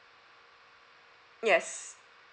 yes